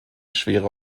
schwere